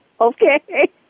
Okay